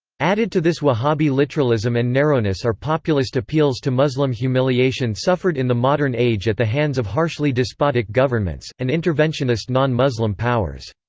added to this wahhabi literalism and narrowness are populist appeals to muslim humiliation suffered in the modern age at the hands of harshly despotic governments, and interventionist non-muslim powers.